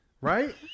Right